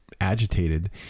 agitated